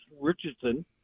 Richardson